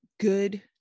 good